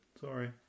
Sorry